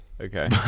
okay